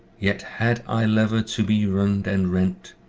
yet had i lever to be rynde and rent,